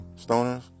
stoners